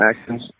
actions